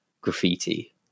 graffiti